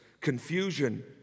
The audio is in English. confusion